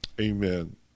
amen